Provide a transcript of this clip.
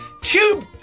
Tube